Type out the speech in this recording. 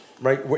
Right